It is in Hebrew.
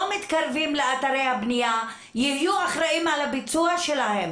מתקרבים לאתרי הבנייה יהיו אחראים על הביצוע שלהם.